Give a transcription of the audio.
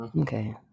Okay